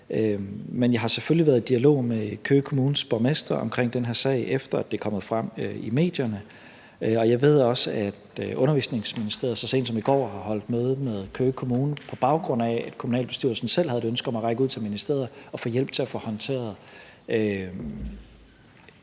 jeg har selvfølgelig været i dialog med Køge Kommunes borgmester om den her sag, efter at det er kommet frem i medierne. Jeg ved også, at Undervisningsministeriet så sent som i går har holdt møde med Køge Kommune, på baggrund af at kommunalbestyrelsen selv havde et ønske om at række ud til ministeriet og få rådgivning om, hvordan